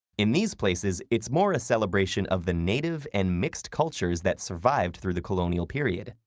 in these places, it's more a celebration of the native and mixed cultures that survived through the colonial period.